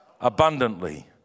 abundantly